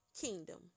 kingdom